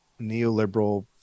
neoliberal